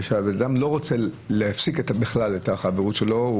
כי הבן אדם לא רוצה להפסיק בכלל את החברות שלו.